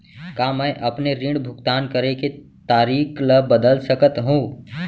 का मैं अपने ऋण भुगतान करे के तारीक ल बदल सकत हो?